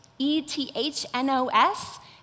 Ethnos